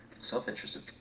self-interested